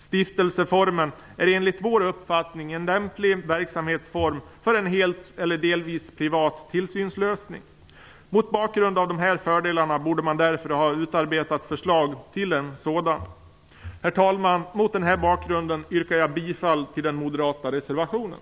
Stiftelseformen är enligt vår uppfattning en lämplig verksamhetsform för en helt eller delvis privat tillsynslösning. Mot bakgrund av de här fördelarna borde man därför utarbetat ett förslag till en sådan. Herr talman! Mot denna bakgrund yrkar jag bifall till den moderata reservationen.